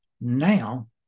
now